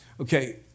Okay